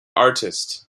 artist